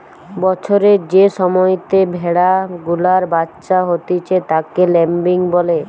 বছরের যে সময়তে ভেড়া গুলার বাচ্চা হতিছে তাকে ল্যাম্বিং বলে